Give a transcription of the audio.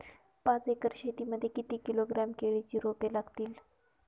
पाच एकर शेती मध्ये किती किलोग्रॅम केळीची रोपे लागतील?